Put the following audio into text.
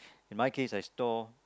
in my case I store